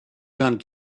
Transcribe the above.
gone